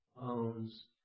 owns